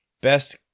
best